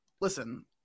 Listen